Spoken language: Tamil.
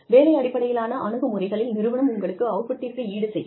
வேலை அடிப்படையிலான அணுகுமுறைகளில் நிறுவனம் உங்களுடைய அவுட்புட்டிற்கு ஈடுசெய்யும்